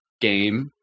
game